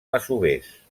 masovers